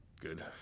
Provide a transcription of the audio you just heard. good